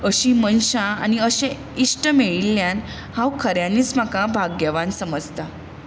अशी मनशां आनी अशें इश्ट मेळिल्यान हांव खऱ्यांनीच म्हाका भाग्यवान समजता